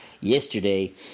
yesterday